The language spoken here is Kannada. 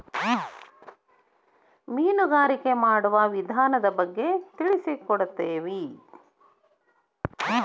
ಮೇನುಗಾರಿಕೆ ಮಾಡುವ ವಿಧಾನದ ಬಗ್ಗೆ ತಿಳಿಸಿಕೊಡತತಿ